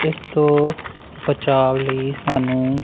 ਇਸ ਤੋਂ ਬਚਾਵ ਲਈ ਸਾਨੂੰ